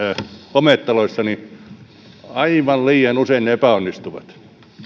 hometaloissa niin aivan liian usein ne epäonnistuvat